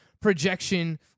projection